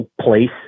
place